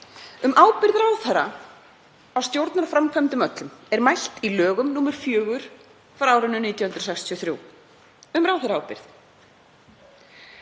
Um ábyrgð ráðherra á stjórnarframkvæmdum öllum er mælt í lögum nr. 4 frá árinu 1963, um ráðherraábyrgð.